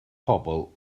pobl